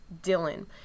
Dylan